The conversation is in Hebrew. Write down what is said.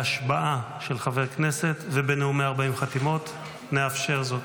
בהשבעה של חבר כנסת ובנאומי 40 חתימות נאפשר זאת,